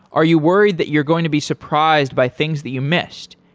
are you worried that you're going to be surprised by things that you missed,